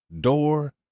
Door